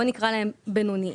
שנקרא להם בינוניים,